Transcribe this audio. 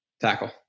Tackle